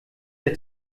der